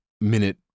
minute